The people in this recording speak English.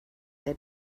they